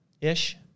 ish